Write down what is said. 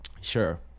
Sure